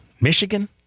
Michigan